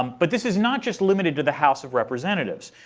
um but this is not just limited to the house of representatives.